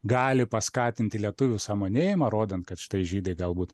gali paskatinti lietuvių sąmonėjimą rodant kad štai žydai galbūt